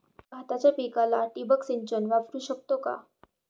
भाताच्या पिकाला ठिबक सिंचन वापरू शकतो का?